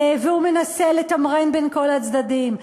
והוא מנסה לתמרן בין כל הצדדים.